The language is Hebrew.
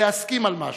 להסכים על משהו.